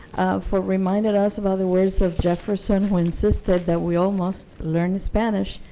for reminding us about the ways of jefferson, who insisted that we all must learn spanish,